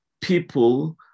people